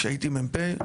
כשהייתי מ"פ,